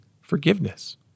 forgiveness